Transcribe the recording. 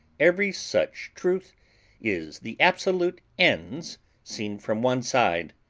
every such truth is the absolute ens seen from one side.